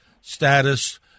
status